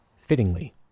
fittingly